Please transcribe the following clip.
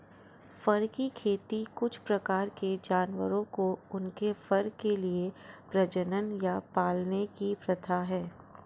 फर की खेती कुछ प्रकार के जानवरों को उनके फर के लिए प्रजनन या पालने की प्रथा है